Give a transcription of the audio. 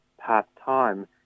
part-time